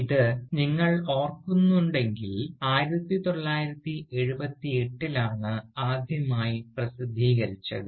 ഇത് നിങ്ങൾ ഓർക്കുന്നുവെങ്കിൽ 1978 ലാണ് ആദ്യമായി പ്രസിദ്ധീകരിച്ചത്